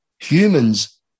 Humans